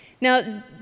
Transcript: Now